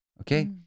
Okay